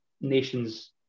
nations